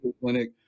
clinic